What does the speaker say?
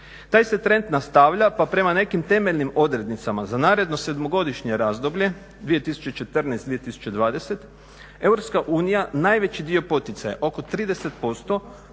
Taj se trend nastavlja pa prema nekim temeljnim odrednicama za naredno sedmogodišnje razdoblje 2014./2020. Europska unija najveći dio poticaja oko 30%